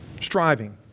Striving